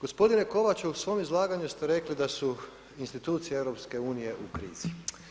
Gospodine Kovač u svome izlaganju ste rekli da su institucije EU u krizi.